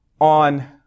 on